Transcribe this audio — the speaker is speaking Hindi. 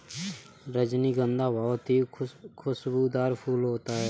रजनीगंधा बहुत ही खुशबूदार फूल होता है